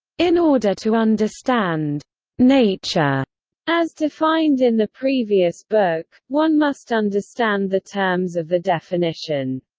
in order to understand nature as defined in the previous book, one must understand the terms of the definition.